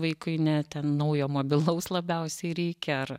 vaikui ne ten naujo mobilaus labiausiai reikia ar